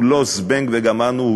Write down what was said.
הוא לא "זבנג וגמרנו",